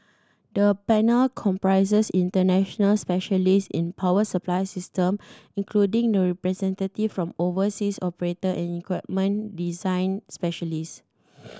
the panel comprises international specialist in power supply system including representative from overseas operator and equipment design specialist